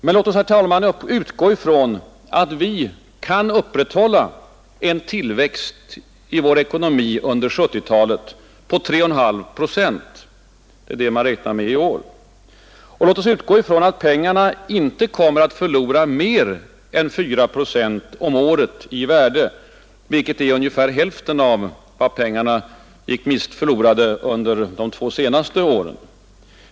Men låt oss utgå ifrån att vi kan upprätthålla en tillväxt i vår ekonomi under 1970-talet på 3,5 procent; det är vad man räknar med i år. Och låt oss utgå ifrån att pengarna inte kommer att förlora mer än 4 procent om året i värde, vilket är ungefär hälften av penningvärdeförsämringen under de två senaste åren.